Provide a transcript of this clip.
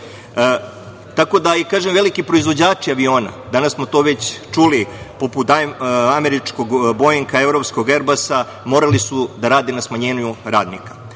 tako da i veliki proizvođači aviona, danas smo to već čuli, poput američkog „Boinga“, evropskog „Erbasa“, morali su da rade na smanjenju radnika. Dakle,